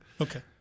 Okay